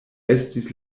estis